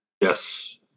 Yes